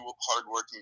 hardworking